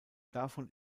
davon